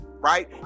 right